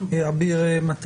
של קביעת עונש מינימום,